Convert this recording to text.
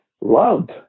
loved